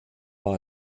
war